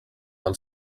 del